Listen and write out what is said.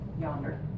yonder